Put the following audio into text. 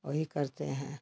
वही करते हैं